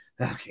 Okay